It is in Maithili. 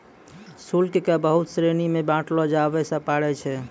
शुल्क क बहुत श्रेणी म बांटलो जाबअ पारै छै